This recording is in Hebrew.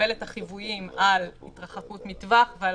מקבל את החיוויים על התרחקות מטווח ועל